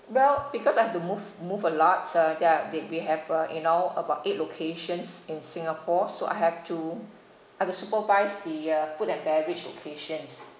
well because I've to move move a lot so there are they we have uh you know about eight locations in singapore so I have to I've to supervise the uh food and beverage locations